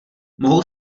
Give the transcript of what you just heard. mohou